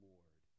Lord